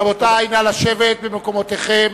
רבותי, נא לשבת במקומותיכם.